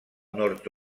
nord